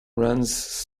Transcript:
runs